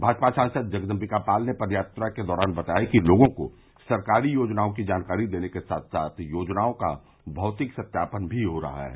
भाजपा सांसद जगदम्बिकापाल ने पद यात्रा के दौरान बताया कि लोगों को सरकारी योजनाओं की जानकारी देने के साथ साथ योजनाओं का भौतिक सत्यापन भी हो रहा है